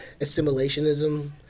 assimilationism